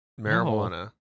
marijuana